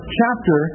chapter